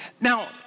Now